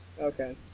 Okay